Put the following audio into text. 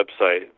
website